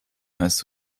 hörst